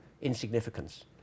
insignificance